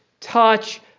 touch